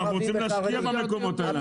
אנחנו רוצים להשקיע במקומות האלה,